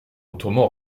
autrement